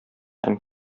һәм